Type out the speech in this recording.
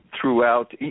throughout